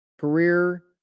Career